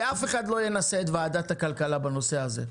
שאף אחד לא ינסה את ועדת הכלכלה בנושא הזה.